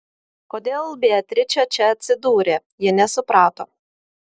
kodėl beatričė čia atsidūrė ji nesuprato